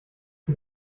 die